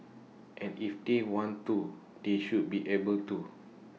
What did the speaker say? and if they want to they should be able to